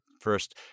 first